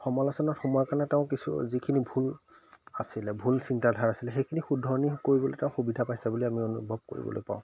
সমালোচনাত সোমোৱাৰ কাৰণে তেওঁ কিছু যিখিনি ভুল আছিলে ভুল চিন্তাধাৰা আছিলে সেইখিনি শুদ্ধৰণি কৰিবলৈ তেওঁ সুবিধা পাইছে বুলি আমি অনুভৱ কৰিবলৈ পাওঁ